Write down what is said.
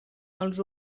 els